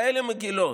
כאלה מגילות,